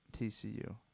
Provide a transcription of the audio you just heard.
TCU